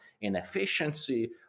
inefficiency